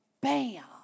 bam